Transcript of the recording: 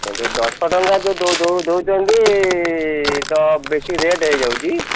ଦଶ ଟଙ୍କା ଯେଉଁ ଦେଉଛନ୍ତି ତ ବେଶୀ ରେଟ୍ ହୋଇଯାଉଛି